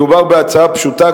מדובר בהצעה פשוטה,